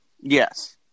Yes